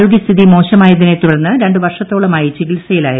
ആരോഗൃസ്ഥിതി മോശമായതിനെ തുടർന്ന് തുടർന്ന് രണ്ട് വർഷത്തോളമായി ചികിത്സയിലായിരുന്നു